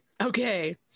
okay